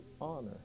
honor